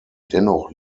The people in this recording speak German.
dennoch